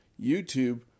YouTube